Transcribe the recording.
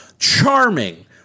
charming